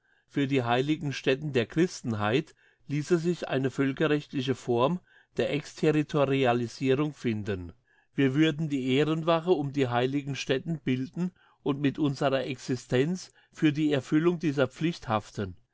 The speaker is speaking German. für die heiligen stätten der christenheit liesse sich eine völkerrechtliche form der